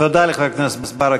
תודה לחבר הכנסת ברכה.